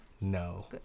No